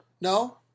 No